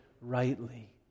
rightly